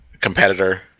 competitor